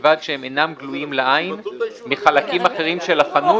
ובלבד שהם אינם גלויים לעין מחלקים אחרים של החנות